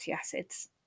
acids